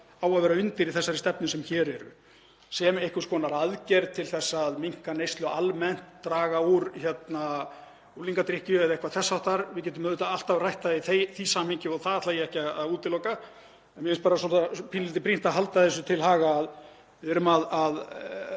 á að vera undir í þeirri stefnu sem hér er. Sem einhvers konar aðgerð til að minnka neyslu almennt, draga úr unglingadrykkju eða eitthvað þess háttar — við getum alltaf rætt það í því samhengi og það ætla ég ekki að útiloka en mér finnst brýnt að halda þessu til haga, að við erum að